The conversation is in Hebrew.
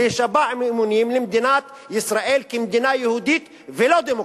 להישבע אמונים למדינת ישראל כמדינה יהודית ולא דמוקרטית,